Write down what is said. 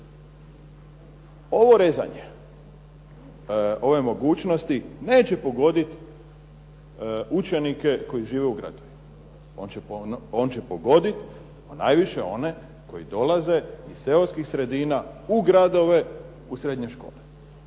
Ovo rezanje, ove mogućnosti neće pogoditi učenike koji žive u gradovima. On će pogoditi ponajviše one koji dolaze iz seoskih sredina u gradove, u srednje škole.